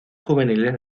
juveniles